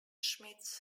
schmitz